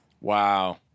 Wow